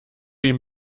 ihm